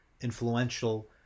influential